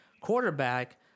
quarterback